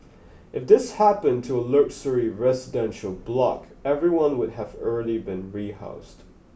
if this happened to a luxury residential block everyone would have already been rehoused